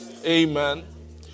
Amen